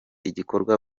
igikorwa